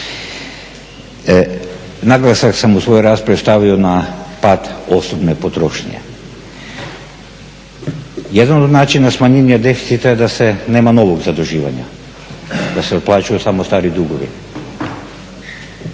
Naglasak sam u svojoj raspravi stavio na pad osobne potrošnje. Jedan od načina smanjenja deficita je da se nema novog zaduživanja, da se otplaćuju samo stari dugovi.